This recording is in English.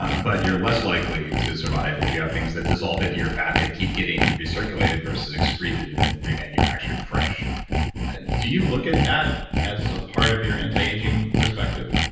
but you're less likely to survive if you have things that dissolve into your fat that keep getting recirculated versus excreted and then remanufactured fresh do you look at that as a part of your anti-aging perspective?